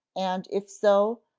and, if so,